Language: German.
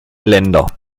länder